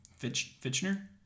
Fitchner